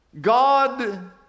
god